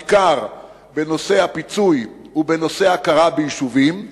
בעיקר בנושא הפיצוי ובנושא ההכרה ביישובים,